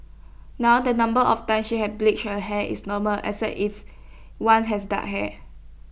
now the number of times she had to bleach her hair is normal especial if one has dark hair